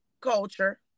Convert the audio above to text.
culture